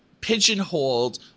pigeonholed